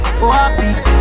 happy